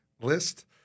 list